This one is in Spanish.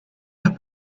las